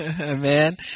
Amen